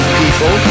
people